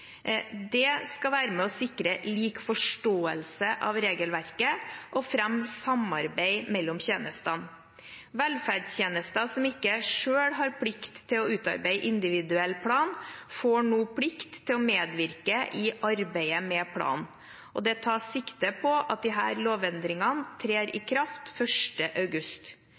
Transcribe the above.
Dette skal være med på å sikre lik forståelse av regelverket og fremme samarbeid mellom tjenestene. Velferdstjenester som ikke selv har plikt til å utarbeide individuell plan, får nå plikt til å medvirke i arbeidet med planen. Det tas sikte på at disse lovendringene trer i kraft 1. august.